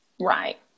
right